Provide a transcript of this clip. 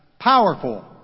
Powerful